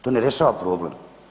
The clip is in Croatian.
To ne rješava problem.